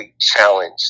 challenge